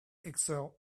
excel